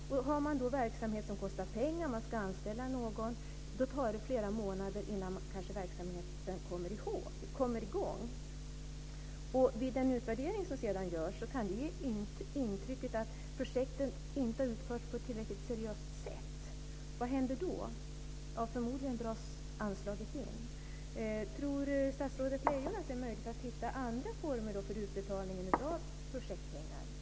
Om man då har en verksamhet som kostar pengar och man ska anställa någon tar det kanske flera månader innan verksamheten kommer i gång. Vid den utvärdering som sedan görs kan detta då ge intryck av att projektet inte har utförts på ett tillräckligt seriöst sätt. Vad händer då? Förmodligen dras anslaget in. Tror statsrådet Lejon att det är möjligt att hitta andra former för utbetalningen av projektpengar?